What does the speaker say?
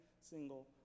single